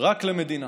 רק למדינה